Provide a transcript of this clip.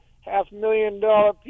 half-million-dollar